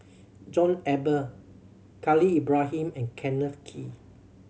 John Eber Khalil Ibrahim and Kenneth Kee